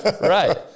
Right